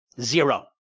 zero